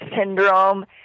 syndrome